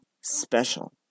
special